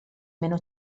meno